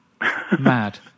Mad